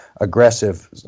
aggressive